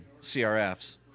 CRFs